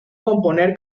componer